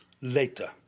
later